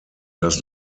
does